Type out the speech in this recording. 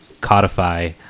codify